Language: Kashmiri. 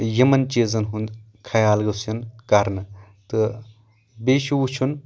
یِمن چیٖزن ہُنٛد خیال گوٚژھ یُن کرنہٕ تہٕ بیٚیہِ چھُ وٕچھُن